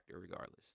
regardless